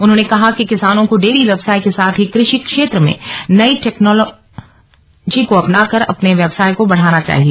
उन्होंने कहा कि किसानों को डेरी व्यवसाय के साथ ही कृषि क्षेत्र में नई टेक्नोलॉजी को अपनाकर अपने व्यवसाय को बढ़ाना चाहिये